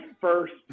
first